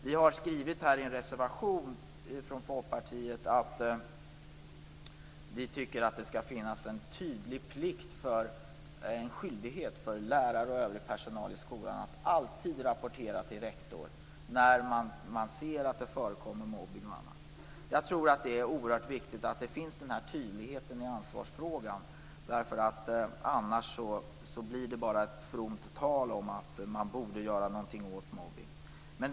Vi har skrivit i en reservation från Folkpartiet att vi tycker att det skall finnas en skyldighet för lärare och övrig personal i skolan att alltid rapportera till rektor när man ser att det förekommer mobbning och annat. Jag tror att det är oerhört viktigt att det finns den här tydligheten i ansvarsfrågan. Annars blir det bara ett fromt tal om att man borde göra någonting åt mobbning.